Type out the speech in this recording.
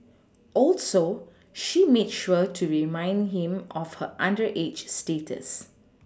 also she made sure to remind him of her underage status